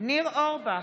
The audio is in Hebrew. ניר אורבך,